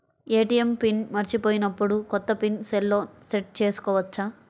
ATM pin మరచిపోయినప్పుడు, కొత్త pin సెల్లో సెట్ చేసుకోవచ్చా?